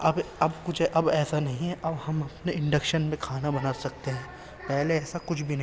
اب اب کچھ اب ایسا نہیں ہے اب ہم اپنے انڈکشن پہ کھانا بنا سکتے ہیں پہلے ایسا کچھ بھی نہیں